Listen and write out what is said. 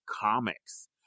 comics